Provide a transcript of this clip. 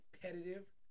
competitive